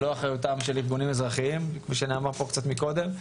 לא אחריותם של ארגונים אזרחיים כפי שנאמר פה קצת מקודם.